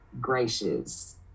gracious